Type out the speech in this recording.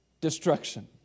destruction